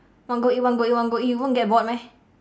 want go eat want go eat want go eat you won't get bored meh